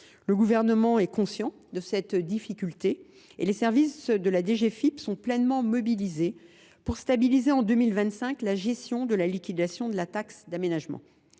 Le Gouvernement est conscient de cette difficulté, et les services de la DGFiP sont pleinement mobilisés pour stabiliser, en 2025, la gestion de la liquidation de la taxe d’aménagement.